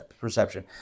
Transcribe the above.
perception